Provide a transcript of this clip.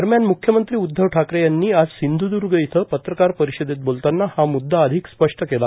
दरम्यान म्ख्यमंत्री उदधव ठाकरे यांनी आज सिंध्दर्ग इथं पत्रकार परिषदेत बोलताना हा म्ददा अधिक स्पष्ट केला